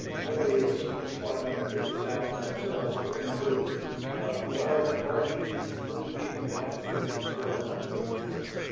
nobody is smart enough to figure this out by themselves so we're going to include a large large group of people to help us figure figure our way through this.